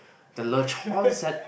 the lechon set